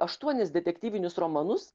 aštuonis detektyvinius romanus